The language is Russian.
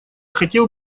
хотел